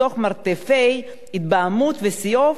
מתוך מרתפי התבהמות וסיאוב,